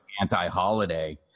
anti-holiday